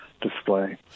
display